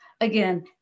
Again